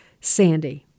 Sandy